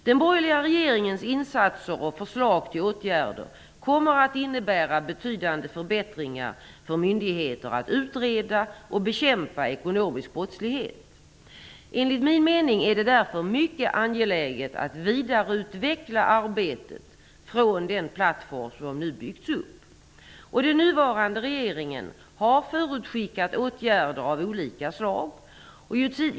Den borgerliga regeringens insatser och förslag till åtgärder kommer att innebära betydande förbättringar för myndigheter att utreda och bekämpa ekonomisk brottslighet. Enligt min mening är det därför mycket angeläget att vidareutveckla arbetet från den plattform som nu byggts upp. Den nuvarande regeringen har förutskickat åtgärder av olika slag.